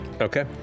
Okay